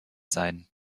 seien